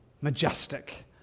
majestic